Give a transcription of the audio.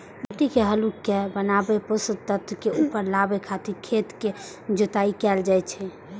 माटि के हल्लुक बनाबै, पोषक तत्व के ऊपर लाबै खातिर खेतक जोताइ कैल जाइ छै